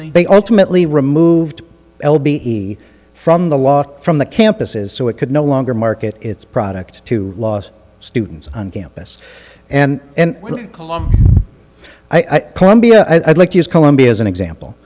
they alternately removed l b from the law from the campuses so it could no longer market its product to laws students on campus and and i can be i'd like to use columbia as an example